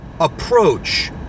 approach